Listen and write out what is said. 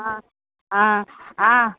आं आं आं